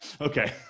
Okay